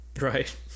Right